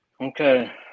Okay